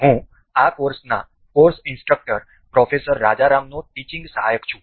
હું આ કોર્સના કોર્સ ઇન્સ્ટ્રક્ટર પ્રોફેસર રાજારામનો ટીચિંગ સહાયક છું